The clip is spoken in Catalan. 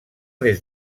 des